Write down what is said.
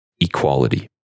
equality